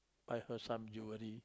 buy her some jewelry